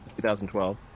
2012